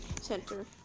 Center